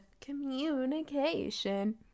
communication